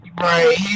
Right